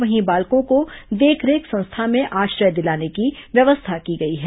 वहीं बालकों को देखरेख संस्था में आश्रय दिलाने की व्यवस्था की गई है